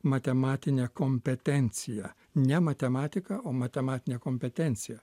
matematinė kompetencija ne matematiką o matematinė kompetencija